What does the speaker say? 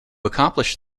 accomplish